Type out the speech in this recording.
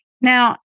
Now